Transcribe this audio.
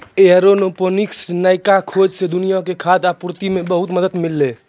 aeroponics मे नयका खोजो से दुनिया के खाद्य आपूर्ति मे बहुते मदत मिलतै